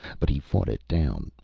but he fought it down,